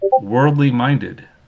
worldly-minded